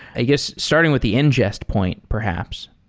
i guess starting with the ingest point, perhaps.